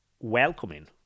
welcoming